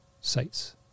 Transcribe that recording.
sites